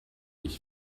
ich